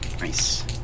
nice